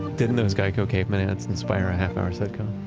didn't those geico caveman ads, inspire a half-hour sitcom?